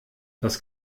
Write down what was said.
das